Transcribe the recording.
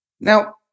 Now